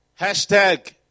Hashtag